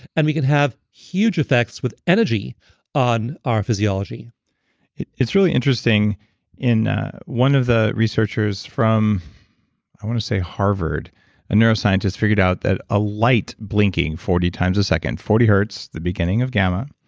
and we can have huge effects with energy on our physiology it's really interesting in one of the researchers from i want to say harvard, a neuroscientist figured out that a light blinking forty times a second, forty hertz, the beginning of gamma.